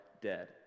dead